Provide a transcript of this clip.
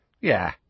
Yeah